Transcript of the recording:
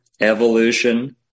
evolution